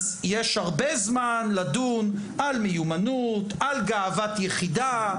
אז יש הרבה זמן לדון על מיומנות, על גאוות יחידה,